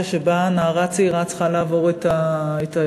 שבה נערה צעירה צריכה לעבור את האירוע.